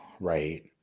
right